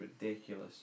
ridiculous